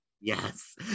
Yes